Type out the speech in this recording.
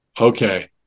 Okay